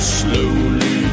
slowly